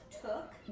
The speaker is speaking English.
took